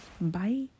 bye